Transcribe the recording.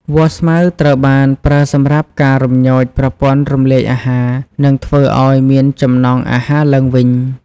វល្លិស្មៅ ត្រូវបានប្រើសម្រាប់ការរំញោចប្រព័ន្ធរំលាយអាហារ និងធ្វើអោយមានចំណង់អាហារឡើងវិញ។